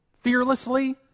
fearlessly